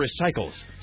recycles